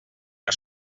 que